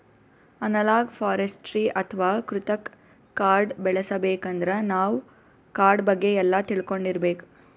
analogue forestry ಅಥವಾ ಕೃತಕ್ ಕಾಡ್ ಬೆಳಸಬೇಕಂದ್ರ ನಾವ್ ಕಾಡ್ ಬಗ್ಗೆ ಎಲ್ಲಾ ತಿಳ್ಕೊಂಡಿರ್ಬೇಕ್